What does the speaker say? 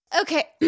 Okay